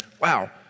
wow